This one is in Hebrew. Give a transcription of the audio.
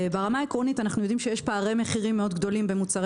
עקרונית אנחנו יודעים שיש פערי מחירים מאוד גדולים במוצרי